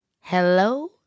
Hello